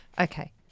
Okay